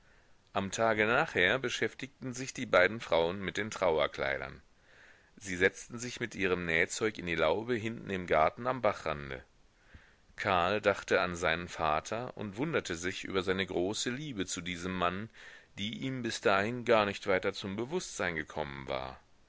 am tage nachher beschäftigten sich die beiden frauen mit den trauerkleidern sie setzten sich mit ihrem nähzeug in die laube hinten im garten am bachrande karl dachte an seinen vater und wunderte sich über seine große liebe zu diesem mann die ihm bis dahin gar nicht weiter zum bewußtsein gekommen war